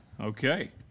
Okay